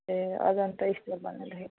ए Ajanta store भनेर लेखेको